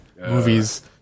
movies